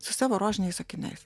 su savo rožiniais akiniais